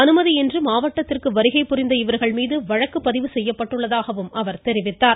அனுமதியின்றி மாவட்டத்திற்கு வருகைபுரிந்த இவர்கள் மீது வழக்கு பதிவு செய்யப்பட்டுள்ளதாகவும் அவர் தெரிவித்துள்ளார்